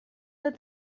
that